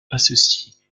associés